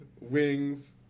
wings